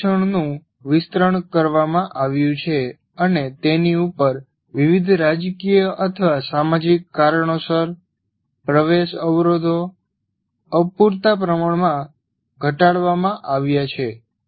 ઉચ્ચ શિક્ષણનું વિસ્તરણ કરવામાં આવ્યું છે અને તેની ઉપર વિવિધ રાજકીય અથવા સામાજિક કારણોસર પ્રવેશ અવરોધો અપૂરતા પ્રમાણમાં ઘટાડવામાં આવ્યા છે